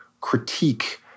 critique